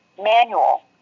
manual